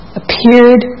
appeared